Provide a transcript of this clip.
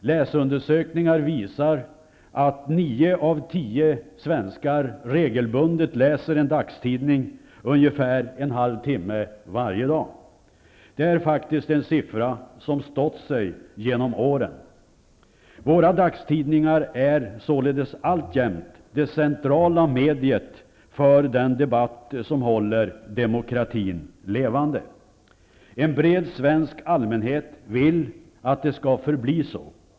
Läsundersökningar visar att nio av tio svenskar regelbundet läser en dagstidning ungefär en halv timme varje dag. Det är faktiskt en siffra som stått sig genom åren. Våra dagstidningar är således alltjämt det centrala mediet för den debatt som håller demokratin levande. En bred svensk allmänhet vill att det skall förbli så.